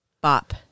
Bop